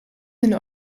hun